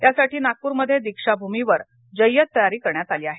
त्यासाठी नागप्रमध्ये दीक्षाभूमीवर जय्यत तयारी करण्यात आली आहे